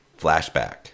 flashback